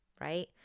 right